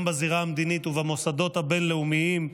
גם בזירה המדינית ובמוסדות הבין-לאומיים,